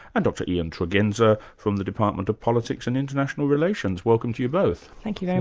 and dr ian tregenza from the department of politics and international relations. welcome to you both. thank you very